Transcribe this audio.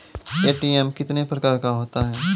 ATM कितने प्रकार का होता हैं?